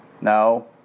No